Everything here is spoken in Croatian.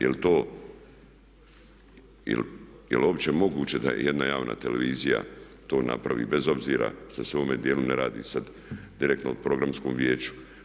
Jel' uopće moguće da jedna javna televizija to napravi bez obzira što se u ovome dijelu ne radi sad direktno o programskom vijeću?